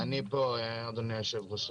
אני פה, אדוני היושב-ראש.